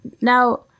Now